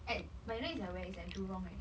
at my leg is at where is at jurong eh